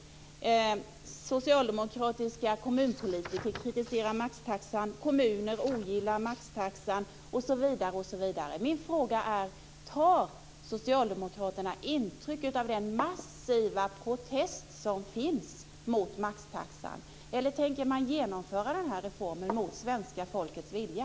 Socialdemokratiska kommunpolitiker kritiserar maxtaxan. Kommuner ogillar maxtaxa, osv. Min fråga är: Tar socialdemokraterna intryck av den massiva protest som riktas mot maxtaxan, eller tänker man genomföra reformen mot svenska folkets vilja?